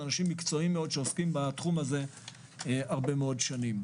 יש אנשים מקצועיים מאוד שעוסקים בתחום הזה הרבה שנים.